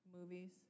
movies